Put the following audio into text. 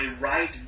right